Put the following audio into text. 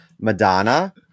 madonna